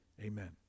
amen